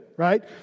right